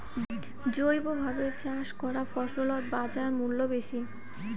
জৈবভাবে চাষ করা ফছলত বাজারমূল্য বেশি